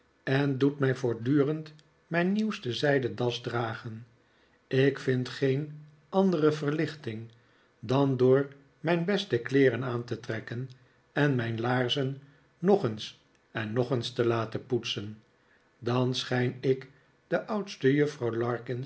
en doet mij voortdurend mijn nieuwste zij den das dragen ik vind geen andere verlichting dan door mijn beste kleeren aan te trekken en mijn laarzen nog eens en nog eens te laten poetsen dan schijn ik de oudste juffrouw